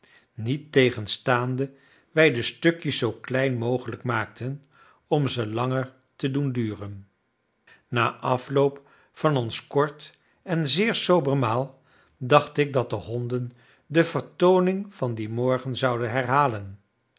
niettegenstaande wij de stukjes zoo klein mogelijk maakten om ze langer te doen duren na afloop van ons kort en zeer sober maal dacht ik dat de honden de vertooning van dien morgen zouden herhalen